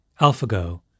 AlphaGo